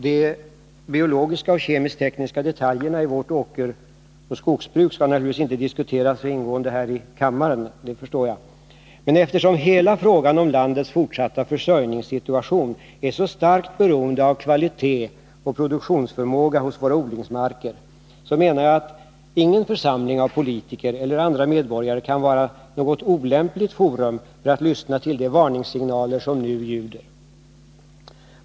De biologiska och kemisk-tekniska detaljerna i vårt åkeroch skogsbruk skall naturligtvis inte diskuteras så ingående här i kammaren — det förstår jag. Men eftersom hela frågan om landets fortsatta försörjningssituation är så starkt beroende av kvalitet och produktionsförmåga hos våra odlingsmarker, så menar jag att ingen församling av politiker eller andra medborgare kan vara ett olämpligt forum för att lyssna till de varningssignaler som nu ljuder.